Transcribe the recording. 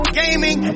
gaming